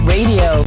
Radio